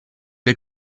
der